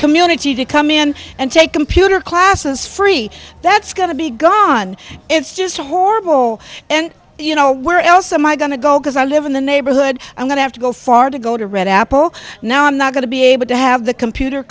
community to come in and take computer classes free that's going to be gone it's just horrible and you know where else am i going to go because i live in the neighborhood i'm going to have to go far to go to red apple now i'm not going to be able to have the computer